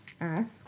ask